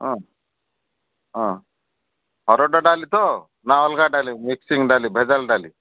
ହଁ ହଁ ହରଡ଼ ଡାଲି ତ ନା ଅଲ୍ଗା କିଛି ଡାଲି ମିକ୍ସିଂ ଡାଲି ଭେଜାଲ୍ ଡାଲି